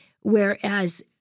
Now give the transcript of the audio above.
whereas